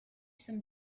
some